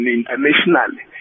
internationally